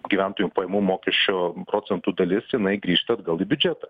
gyventojų pajamų mokesčio procentų dalis jinai grįžta atgal į biudžetą